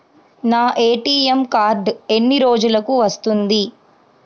నా ATM card ఎన్ని రోజులకు వస్తుంది?